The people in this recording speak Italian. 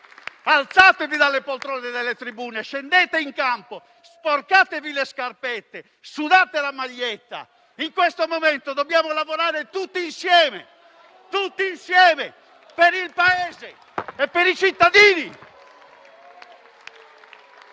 Alzatevi dalle poltrone e dalle tribune e scendete in campo! Sporcatevi le scarpette e sudate la maglietta! In questo momento dobbiamo lavorare tutti insieme, per il Paese e per i cittadini!